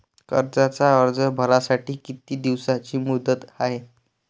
कर्जाचा अर्ज भरासाठी किती दिसाची मुदत हाय?